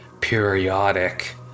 periodic